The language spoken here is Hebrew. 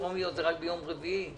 קריאות טרומיות נדונות רק ביום רביעי.